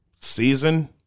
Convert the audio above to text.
season